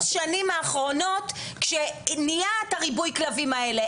ב-10 שנים האחרונות שנהיה ריבוי הכלבים הזה,